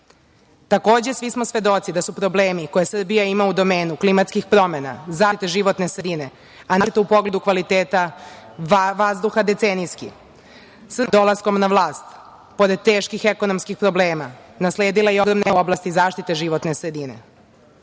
Takođe, svi smo svedoci da su problemi koje Srbija ima u domenu klimatskih promena, zaštite životne sredine, a naročito u pogledu kvaliteta vazduha decenijski. Srpska napredna stranka je dolaskom na vlast, pored teških ekonomskih problema, nasledila i ogromne probleme u oblasti životne sredine.